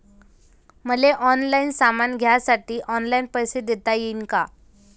मले ऑनलाईन सामान घ्यासाठी ऑनलाईन पैसे देता येईन का?